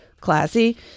classy